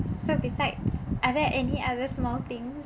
so besides are there any other small things